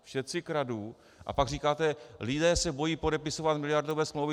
všetci kradnú! a pak říkáte: lidé se bojí podepisovat miliardové smlouvy.